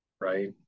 right